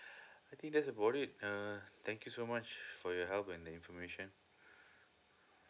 I think that's about it uh thank you so much for your help and the information